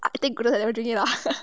I thank goodness I never drink ah